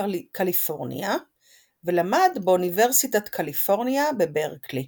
קליפורניה ולמד באוניברסיטת קליפורניה בברקלי.